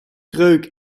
kreuk